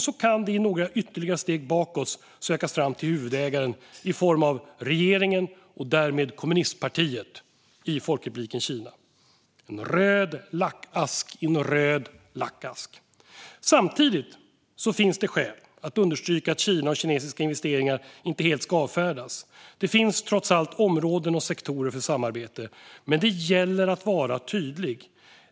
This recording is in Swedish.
Så kan det i ytterligare några steg sökas bakåt till huvudägaren i form av regeringen och därmed kommunistpartiet i Folkrepubliken Kina - en röd lackask i en röd lackask. Samtidigt finns det skäl att understryka att Kina och kinesiska investeringar inte helt ska avfärdas. Det finns trots allt områden och sektorer för samarbete. Men det gäller att vara tydlig.